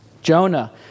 Jonah